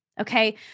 Okay